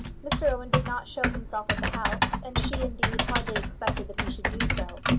mr owen did not show himself at the house and she, indeed, hardly expected that he should do so.